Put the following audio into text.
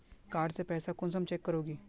Card से पैसा कुंसम चेक करोगी?